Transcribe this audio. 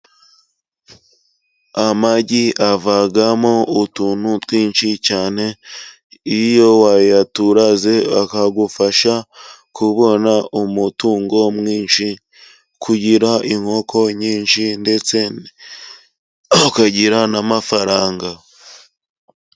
Amagi avamo utuntu twinshi cyane iyo wayaturaze akagufasha kubona umutungo mwinshi, kugira inkoko nyinshi ndetse ukagira n'amafaranga.